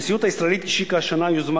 הנשיאות הישראלית השיקה השנה יוזמה